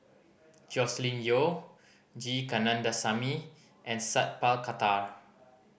Joscelin Yeo G Kandasamy and Sat Pal Khattar